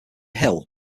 hill